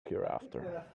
hereafter